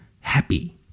happy